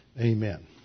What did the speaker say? Amen